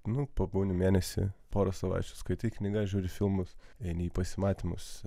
nu pabūni mėnesį porą savaičių skaitai knygas žiūri filmus eini į pasimatymus